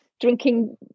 drinking